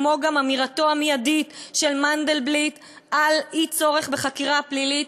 כמו גם אמירתו המיידית של מנדלבליט על אי-צורך בחקירה פלילית,